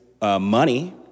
money